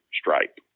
stripe